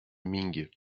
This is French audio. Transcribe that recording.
ming